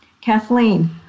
Kathleen